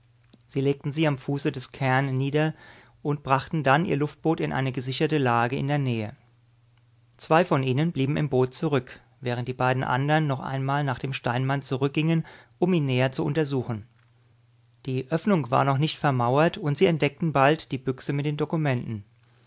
sie legten sie am fuße des cairn nieder und brachten dann ihr luftboot in eine gesicherte lage in der nähe zwei von ihnen blieben im boot zurück während die beiden andern noch einmal nach dem steinmann zurückgingen um ihn näher zu untersuchen die öffnung war noch nicht vermauert und sie entdeckten bald die büchse mit den dokumenten